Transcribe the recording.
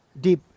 deep